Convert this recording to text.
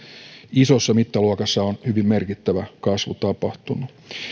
isossa mittaluokassa on hyvin merkittävä kasvu tapahtunut